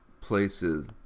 places